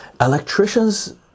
Electricians